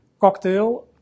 cocktail